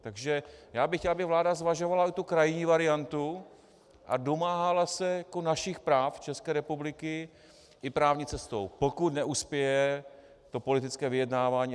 Takže já bych chtěl, aby vláda zvažovala i tu krajní variantu a domáhala se našich práv, České republiky, i právní cestou, pokud neuspěje politické vyjednávání.